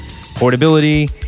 portability